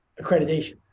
accreditation